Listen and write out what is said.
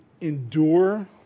endure